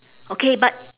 okay but